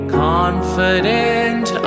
confident